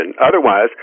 Otherwise